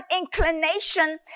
inclination